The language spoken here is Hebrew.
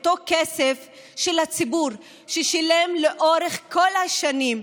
אותו כסף שהציבור שילם לאורך כל השנים?